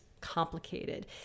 complicated